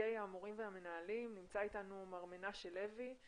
לנציגי המורים והמנהלים, מר מנשה לוי,